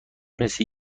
مثل